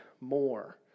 more